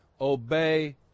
Obey